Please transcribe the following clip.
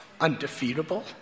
undefeatable